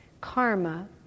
karma